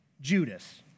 Judas